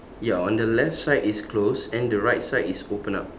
ya on the left side is closed and the right side is open up